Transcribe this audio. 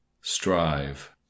strive